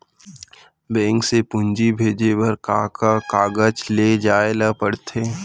Bank से पूंजी भेजे बर का का कागज ले जाये ल पड़थे?